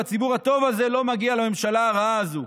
והציבור הטוב הזה לא מגיע לממשלה הרעה הזו.